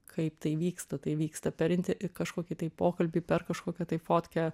kaip tai vyksta tai vyksta per inti į kažkokį tai pokalbį per kažkokią tai fotkę